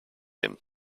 him